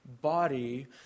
body